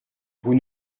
vous